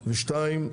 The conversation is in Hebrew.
דבר שני,